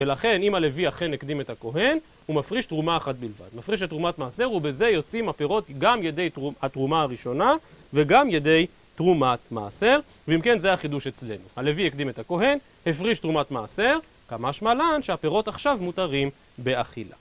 ולכן, אם הלוי אכן הקדים את הכהן, הוא מפריש תרומה אחת בלבד. מפריש את תרומת מעשר, ובזה יוצאים הפירות גם ידי התרומה הראשונה, וגם ידי תרומת מעשר. ואם כן, זה החידוש אצלנו. הלוי הקדים את הכהן, הפריש תרומת מעשר, כמה שמלן שהפירות עכשיו מותרים באכילה.